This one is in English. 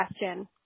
question